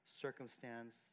circumstance